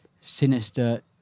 sinister